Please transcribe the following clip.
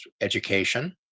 education